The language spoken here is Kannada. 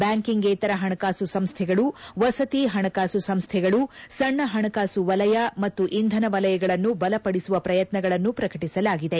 ಬ್ಯಾಂಕಿಂಗೇತರ ಪಣಕಾಸು ಸಂಸ್ಥೆಗಳು ವಸತಿ ಪಣಕಾಸು ಸಂಸ್ಥೆಗಳು ಸಣ್ಣ ಪಣಕಾಸು ವಲಯ ಮತ್ತು ಇಂಧನ ವಲಯಗಳನ್ನು ಬಲಪಡಿಸುವ ಪ್ರಯತ್ನಗಳನ್ನು ಪ್ರಕಟಿಸಲಾಗಿದೆ